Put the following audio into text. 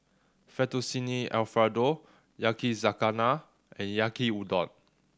Fettuccine Alfredo Yakizakana and Yaki Udon